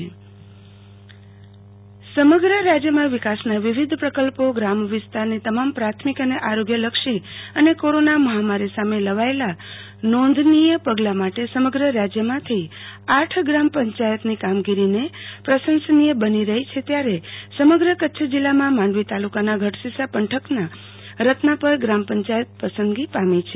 આરતી ભટ રત્નાપર ગ્રામપંચાયત સંવાદ સમગ્ર રાજયમાં વિકાસના વિવિધ પકલ્પો ગ્રામ્ય વિસ્તારની તમામ પાથમિક અને આરોગ્ય લક્ષી અને કોરોના મહામારી સામે લવાયેલા નોંધનીય પગલાં માટે સમગ્ર રાજયમાંથી આઠ ગામ પંચાયતની કામગોરી પ્રસંસનિય બની રહી છે ત્યારે સમગ કચ્છ જિલ્લામાં માંડવી તાલકાના ગઢશીશા પંથકના રત્નાપર ગામ પંચાયત પસંદગો પામો છે